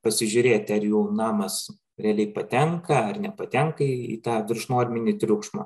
pasižiūrėti ar jų namas realiai patenka ar nepatenka į tą viršnorminį triukšmą